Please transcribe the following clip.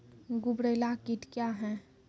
गुबरैला कीट क्या हैं?